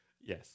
Yes